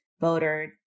voter